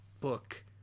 book